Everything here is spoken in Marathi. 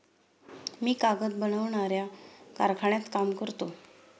मी कागद बनवणाऱ्या कारखान्यात काम करतो